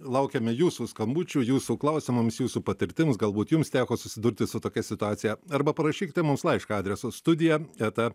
laukiame jūsų skambučių jūsų klausimams jūsų patirtims galbūt jums teko susidurti su tokia situacija arba parašykite mums laišką adresu studija eta